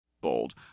bold